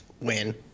win